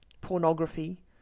pornography